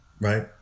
right